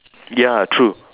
ya true